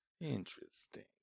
Interesting